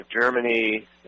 Germany